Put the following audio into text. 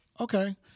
Okay